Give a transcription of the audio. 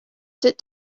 sit